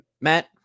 Matt